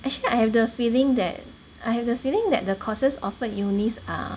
actually I have the feeling that I have the feeling that the courses offered unis are